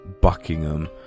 Buckingham